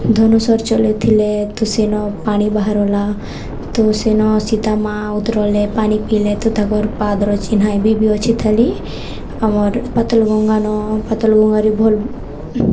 ଧନୁସର ଚଲେଇଥିଲେ ତ ସେନ ପାଣି ବାହାରଲା ତୁ ସେନ ସୀତା ମା' ଉତରଲେ ପାଣି ପିଇଲେ ତ ତାଙ୍କର ପାଦର ଚିନ୍ହ ଏବେ ବି ଅଛି ଲି ଆମର୍ ପାତଲ ଗଙ୍ଗା ନ ପାତଲ ଗଙ୍ଗାରେ ଭଲ୍